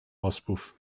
auspuff